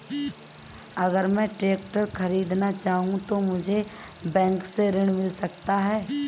अगर मैं ट्रैक्टर खरीदना चाहूं तो मुझे बैंक से ऋण मिल सकता है?